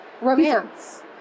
romance